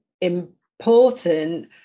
important